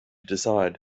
decide